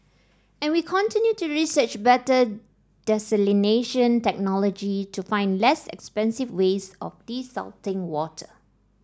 and we continue to research better desalination technology to find less expensive ways of desalting water